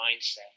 mindset